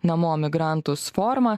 namo migrantus formą